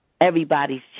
Everybody's